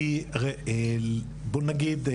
כי בוא נגיד,